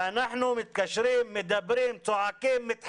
ואנחנו מתקשרים, מדברים, צועקים, מתחננים.